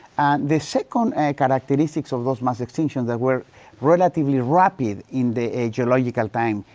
the second, ah, characteristics of those mass extinctions were relatively rapid in the ecological time,